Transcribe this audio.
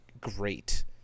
great